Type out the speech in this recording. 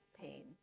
pain